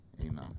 Amen